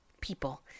people